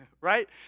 right